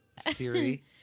Siri